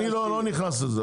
אני לא נכנס לזה.